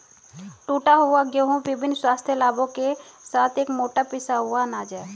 टूटा हुआ गेहूं विभिन्न स्वास्थ्य लाभों के साथ एक मोटा पिसा हुआ अनाज है